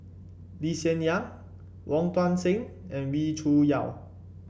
Lee Hsien Yang Wong Tuang Seng and Wee Cho Yaw